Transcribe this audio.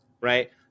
right